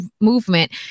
movement